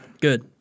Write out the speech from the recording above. good